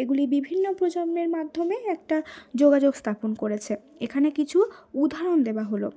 এগুলি বিভিন্ন প্রজন্মের মাধ্যমে একটা যোগাযোগ স্থাপন করেছে এখানে কিছু উদাহরণ দেওয়া হলো